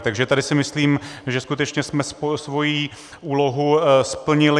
Takže tady si myslím, že skutečně jsme svoji úlohu splnili.